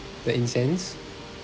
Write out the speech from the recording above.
the incense